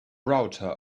router